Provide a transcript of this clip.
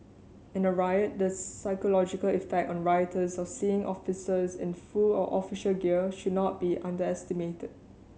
in a riot the psychological effect on rioters of seeing officers in full or official gear should not be underestimated